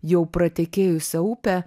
jau pratekėjusią upę